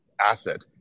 asset